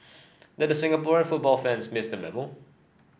did the Singaporean football fans miss the memo